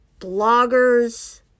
bloggers